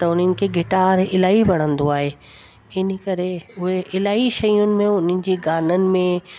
त उन्हनि खे गिटार इलाही वणंदो आहे हिन करे उहे इलाही शयुनि में उन्हनि जी गाननि में